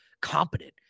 competent